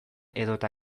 edota